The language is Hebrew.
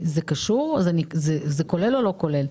זה כולל או לא כולל?